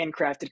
handcrafted